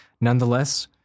nonetheless